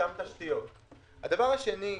הדבר השני,